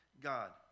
God